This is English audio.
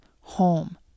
home